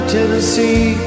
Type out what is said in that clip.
Tennessee